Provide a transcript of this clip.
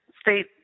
state